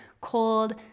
cold